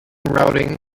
routing